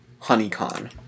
honeycon